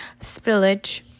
spillage